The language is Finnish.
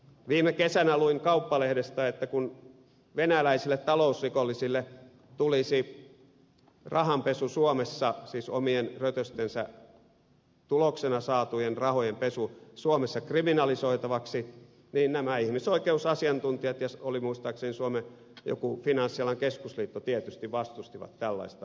viime kesänä luin kauppalehdestä että kun venäläisille talousrikollisille tulisi rahanpesu suomessa siis omien rötöstensä tuloksena saatujen rahojen pesu suomessa kriminalisoitavaksi niin nämä ihmisoikeusasiantuntijat ja muistaakseni joku suomen finanssialan keskusliitto vastustivat tällaista uudistusta